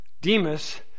Demas